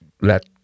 let